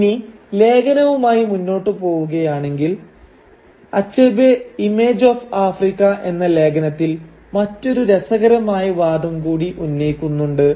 ഇനി ലേഖനവുമായി മുന്നോട്ടു പോവുകയാണെങ്കിൽ അച്ഛബേ ഇമേജ് ഓഫ് ആഫ്രിക്ക എന്ന ലേഖനത്തിൽ മറ്റൊരു രസകരമായ വാദം കൂടി ഉന്നയിക്കുന്നുണ്ട്